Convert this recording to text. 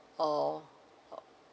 or or